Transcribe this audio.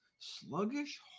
Sluggish